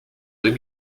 deux